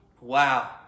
Wow